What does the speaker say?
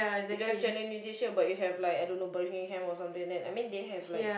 you don't have Channel-News-Asia but you have like I don't know or something I mean they have like